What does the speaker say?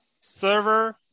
server